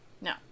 No